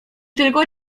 tylko